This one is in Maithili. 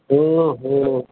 ओहो